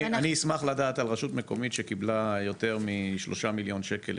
אני אשמח לדעת על רשות מקומית שקיבלה יותר משלושה מיליון שקל,